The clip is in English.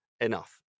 enough